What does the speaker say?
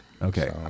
Okay